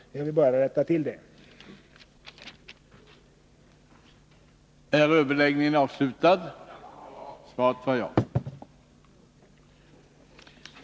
Jag vill bara rätta till den missuppfattningen.